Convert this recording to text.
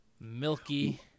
milky